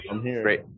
Great